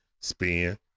Spin